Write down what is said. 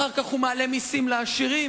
אחר כך הוא מעלה מסים לעשירים,